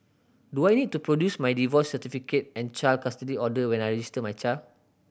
do I need to produce my divorce certificate and child custody order when I register my child